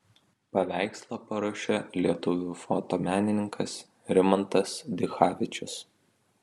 paveikslą paruošė lietuvių fotomenininkas rimantas dichavičius